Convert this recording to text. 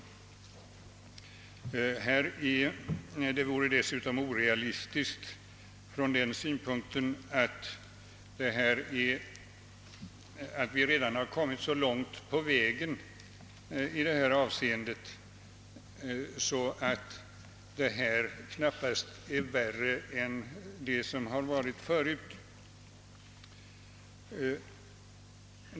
Det vore dessutom orealistiskt från den synpunkten, att vi redan har kommit så långt på vägen i detta avseende, att det nu aktuel la knappast är värre än det som varit tidigare.